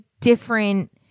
different